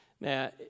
now